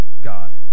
God